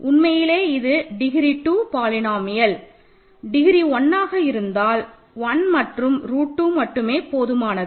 உண்மையில் இது டிகிரி 2 பாலினோமியல்கள் டிகிரி 1 ஆக இருந்தால் 1 மற்றும் ரூட் 2 மட்டுமே போதுமானது